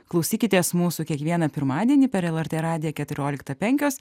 klausykitės mūsų kiekvieną pirmadienį per lrt radiją keturioliktą penkios